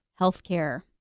healthcare